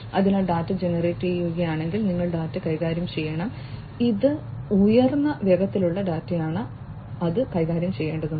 അതിനാൽ ഡാറ്റ ജനറേറ്റുചെയ്യുകയാണെങ്കിൽ നിങ്ങൾ ഡാറ്റ കൈകാര്യം ചെയ്യണം ഇത് ഉയർന്ന വേഗതയുള്ള ഡാറ്റയാണ് അത് കൈകാര്യം ചെയ്യേണ്ടതുണ്ട്